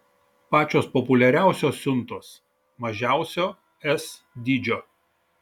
pačios populiariausios siuntos mažiausio s dydžio